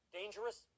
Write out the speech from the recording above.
dangerous